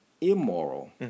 immoral